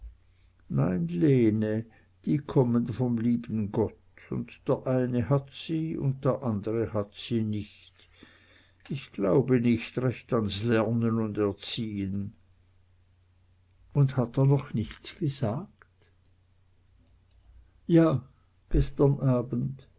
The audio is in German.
nein lene die kommen vom lieben gott und der eine hat sie un der andre hat sie nicht ich glaube nich recht ans lernen un erziehen und hat er noch nichts gesagt ja gestern abend